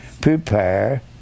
prepare